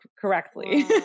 correctly